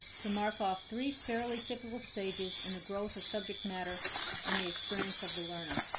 to mark off three fairly typical stages in the growth of subject matter in the experience of the learner.